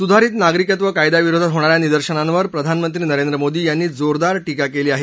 सुधारित नागरिकत्व कायद्याविरोधात होणाऱ्या निदर्शनांवर प्रधानमंत्री नरेंद्र मोदी यांनी जोरदार ींका केली आहे